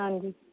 ਹਾਂਜੀ